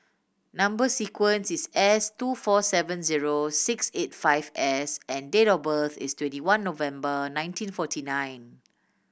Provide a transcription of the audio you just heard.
number sequence is S two four seven zero six eight five S and date of birth is twenty one November nineteen forty nine